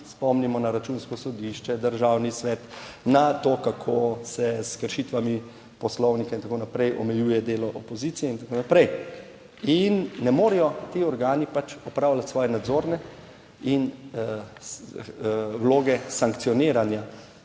spomnimo na Računsko sodišče, Državni svet, na to, kako se s kršitvami Poslovnika in tako naprej, omejuje delo opozicije in tako naprej - in ne morejo ti organi pač opravljati svoje nadzorne **26.